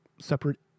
separate